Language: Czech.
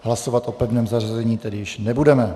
Hlasovat o pevném zařazení tedy již nebudeme.